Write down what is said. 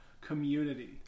community